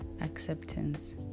acceptance